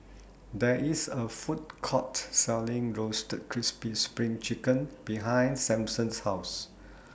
There IS A Food Court Selling Roasted Crispy SPRING Chicken behind Simpson's House